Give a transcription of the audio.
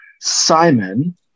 Simon